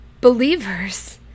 believers